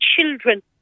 children